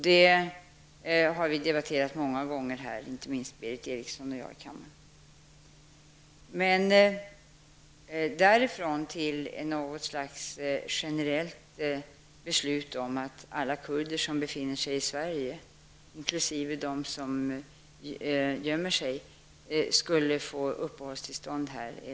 Det har vi debatterat många gånger här i kammaren, inte minst Berith Eriksson och jag. Därifrån är det långt till något slags generellt beslut om att alla kurder som befinner sig i Sverige, inkl. de som gömmer sig, skulle få uppehållstillstånd.